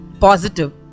positive